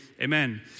amen